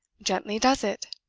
gently does it!